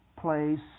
place